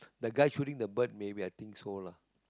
he guy shooting the bird maybe I think so lah